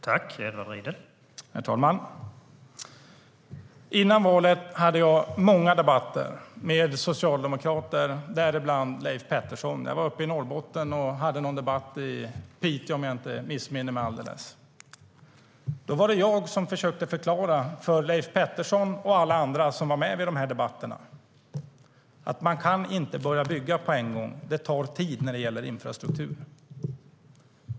Herr talman! Före valet hade jag många debatter med socialdemokrater, däribland Leif Pettersson. Jag var uppe i Norrbotten och förde en debatt i Piteå, om jag inte missminner mig alldeles. Då var det jag som försökte förklara för Leif Pettersson och alla andra som var med vid debatterna att man inte kan börja bygga på en gång. Det tar tid när det gäller infrastruktur.